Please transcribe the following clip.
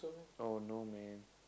oh no man